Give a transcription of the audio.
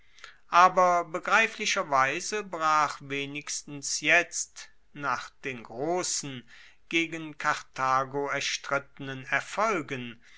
aber begreiflicherweise brach wenigstens jetzt nach den grossen gegen karthago erstrittenen erfolgen